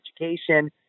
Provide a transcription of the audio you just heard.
education